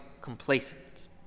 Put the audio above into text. complacent